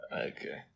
Okay